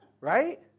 right